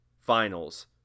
finals